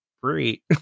free